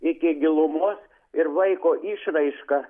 iki gilumo ir vaiko išraiška